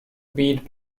beat